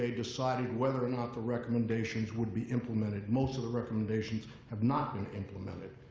ah decided whether or not the recommendations would be implemented. most of the recommendations have not been implemented.